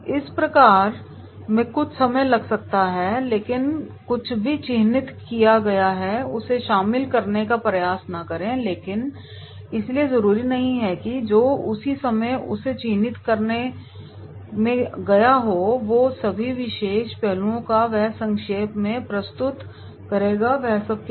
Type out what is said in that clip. इस प्रक्रिया में कुछ समय लग सकता है लेकिन जो कुछ भी चिह्नित किया गया है उसे शामिल करने का प्रयास न करें इसलिए जरूरी नहीं कि जो भी समय उसे चिह्नित करने में गया है और जो सभी विशेष पहलुओं को वह संक्षेप में प्रस्तुत करेगा वह सब क्या है